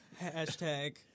Hashtag